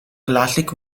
classic